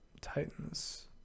Titans